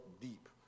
deep